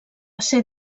ser